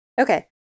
Okay